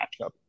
matchup